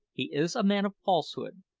he is a man of falsehood,